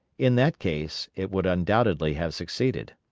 in that case it would undoubtedly have succeeded.